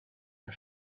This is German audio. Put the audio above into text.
der